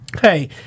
Hey